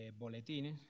boletines